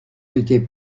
n’était